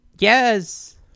Yes